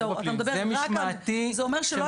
זה משמעתי שמטופל --- זה אומר שלא